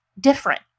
different